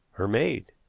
her maid.